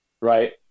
right